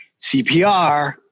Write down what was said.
CPR